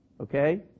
Okay